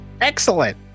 Excellent